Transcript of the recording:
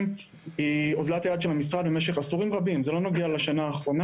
שבתכנית קיימת אפשר לבוא ולדרוש שינויים למרות שהיא מאושרת?